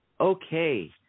Okay